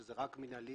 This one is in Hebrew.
שזה רק מנהלי,